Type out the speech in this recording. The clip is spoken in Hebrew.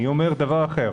אני אומר דבר אחר,